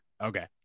okay